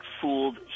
fooled